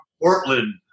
Portland